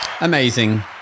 Amazing